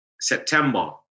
September